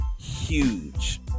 huge